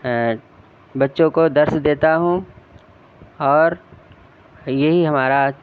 بچوں کو درس دیتا ہوں اور یہی ہمارا